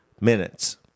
minutes